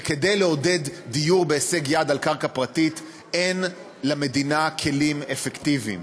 וכדי לעודד דיור בהישג יד על קרקע פרטית אין למדינה כלים אפקטיביים.